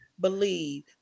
believe